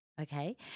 Okay